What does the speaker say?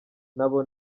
nabo